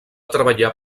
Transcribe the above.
treballar